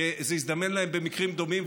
שזה הזדמן להם במקרים דומים,